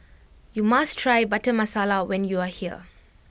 you must try Butter Masala when you are here